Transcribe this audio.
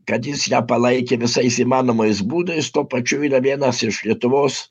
kad jis ją palaikė visais įmanomais būdais tuo pačiu yra vienas iš lietuvos